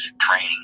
training